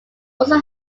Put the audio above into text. also